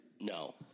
No